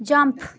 jump